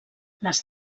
les